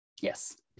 Yes